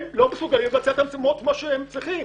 הם לא מסוגלים לבצע את המשימות כמו שנדרש מהם.